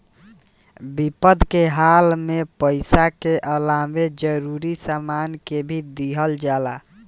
विपद के हाल में पइसा के अलावे जरूरी सामान के भी दिहल जाला